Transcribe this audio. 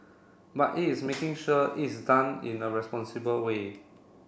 but it's making sure it's done in a responsible way